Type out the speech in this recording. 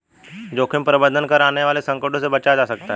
जोखिम प्रबंधन कर आने वाले संकटों से बचा जा सकता है